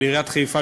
לעיריית חיפה,